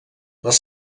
les